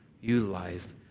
utilized